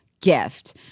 gift